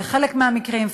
בחלק מהמקרים,